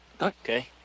okay